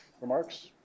remarks